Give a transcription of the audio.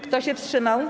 Kto się wstrzymał?